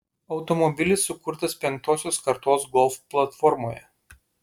automobilis sukurtas penktosios kartos golf platformoje